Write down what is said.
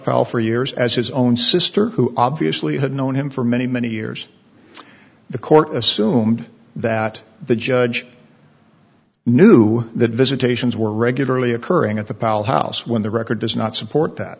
powell for years as his own sister who obviously had known him for many many years the court assumed that the judge knew that visitations were regularly occurring at the powell house when the record does not support that